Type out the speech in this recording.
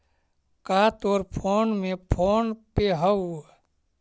का तोर फोन में फोन पे हउ?